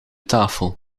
tafel